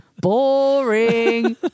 Boring